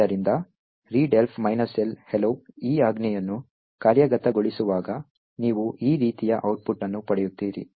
ಆದ್ದರಿಂದ readelf L hello ಈ ಆಜ್ಞೆಯನ್ನು ಕಾರ್ಯಗತಗೊಳಿಸುವಾಗ ನೀವು ಈ ರೀತಿಯ ಔಟ್ಪುಟ್ ಅನ್ನು ಪಡೆಯುತ್ತೀರಿ